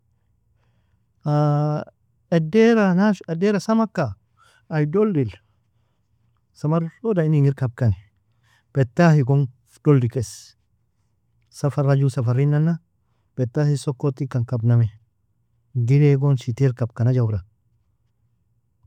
edaira edaira samaka ay dulil, samaroda in ingir kabkan, batahi gon dulikes safara ju safarinana batahi sokotikan kabnamie girai gon shetail kabkan ajwra.